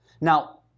Now